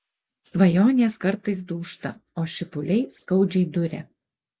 svajonės kartais dūžta o šipuliai skaudžiai duria